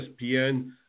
ESPN